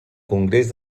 congrés